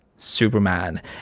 superman